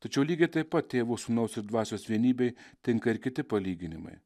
tačiau lygiai taip pat tėvo sūnaus dvasios vienybei tinka ir kiti palyginimai